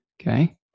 Okay